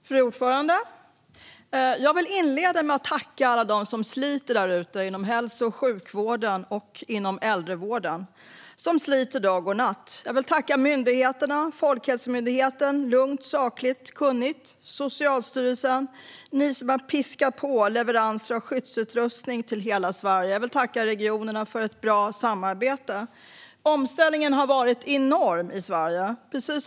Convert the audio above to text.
Fru talman! Jag vill inleda med att tacka alla dem som sliter där ute inom hälso och sjukvården och inom äldrevården. De sliter dag och natt. Jag vill tacka myndigheterna. Folkhälsomyndigheten agerar lugnt, sakligt och kunnigt. Socialstyrelsen har piskat på leveranser av skyddsutrustning till hela Sverige. Jag vill tacka regionerna för ett bra samarbete. Omställningen i Sverige har varit enorm.